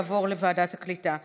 לוועדת העלייה והקליטה נתקבלה.